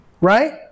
right